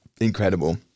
incredible